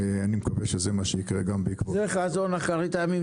אני מקווה שזה מה שייקרה גם בעקבות -- זה חזון אחרית הימים,